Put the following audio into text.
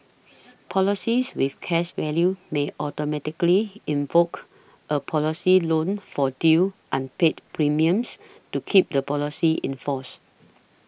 policies with cash value may automatically invoke a policy loan for due unpaid premiums to keep the policy in force